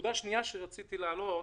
נקודה שנייה שרציתי להעלות,